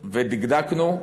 ודקדקנו,